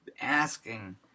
asking